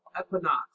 Equinox